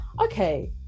okay